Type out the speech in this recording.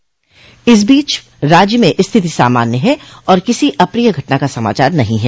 इस बीच राज्य में स्थिति सामान्य है और किसी अप्रिय घटना का समाचार नहीं है